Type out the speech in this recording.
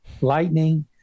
lightning